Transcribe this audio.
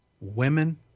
women